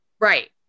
Right